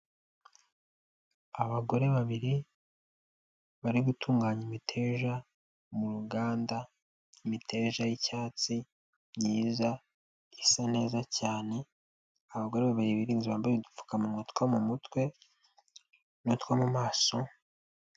Abagore babiri bari gutunganya imiteja mu ruganda, imiteja y'icyatsi myiza isa neza cyane, abagore babiri birinze bambaye udupfukamunwa two mu mutwe n'utwo mu maso.